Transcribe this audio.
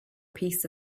piece